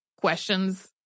questions